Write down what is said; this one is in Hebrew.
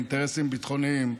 מאינטרסים ביטחוניים,